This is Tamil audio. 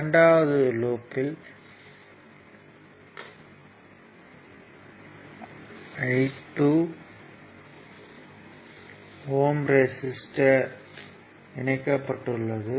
இரண்டாவது லூப்யில் 12 ஓம் ரெசிஸ்டர் இணைக்கப்பட்டுள்ளது